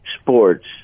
sports